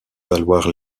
valoir